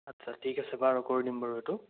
আচ্ছা ঠিক আছে বাৰু কৰি দিম বাৰু এইটো